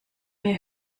mir